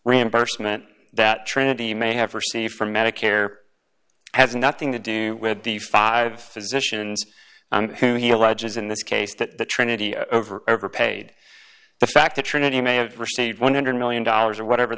reimbursement that trinity may have received from medicare has nothing to do with the five physicians who he alleges in this case that the trinity over ever paid the fact the trinity may have received one hundred million dollars or whatever